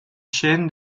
chen